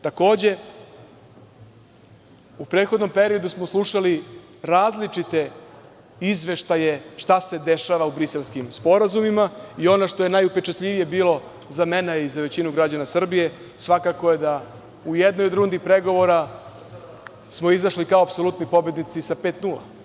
Takođe, u prethodnom periodu smo slušali različite izveštaje šta se dešava u briselskim sporazumima, i ono što je bilo najupečatljivije i za većinu građana Srbije svakako je da u jednoj od rundi pregovora smo izašli kao apsolutni pobednici sa 5:0.